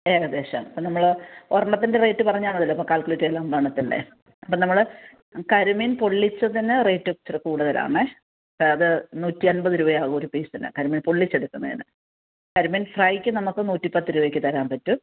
ഏകദേശം ഇപ്പ നമ്മൾ ഒരെണ്ണത്തിൻ്റെ റേറ്റ് പറഞ്ഞാൽ മതിയല്ലോ അപ്പം കാൽക്കുലേറ്റ് അമ്പത് എണ്ണത്തിൻ്റെ അപ്പം നമ്മൾ കരിമീൻ പൊള്ളിച്ചതിന് റേറ്റ് ഇച്ചിരി കൂടുതലാണെ അത് നൂറ്റമ്പത് രുപയാവും ഒരു പീസിന് കരിമീൻ പൊള്ളിച്ചെടുക്കുന്നതിന് കരിമീൻ ഫ്രൈക്ക് നമുക്ക് നൂറ്റിപ്പത്ത് രൂപയ്ക്ക് തരാൻ പറ്റും